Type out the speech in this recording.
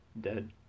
dead